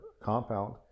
compound